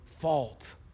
fault